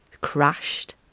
crashed